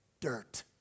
dirt